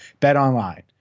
BetOnline